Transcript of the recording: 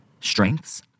strengths